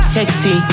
Sexy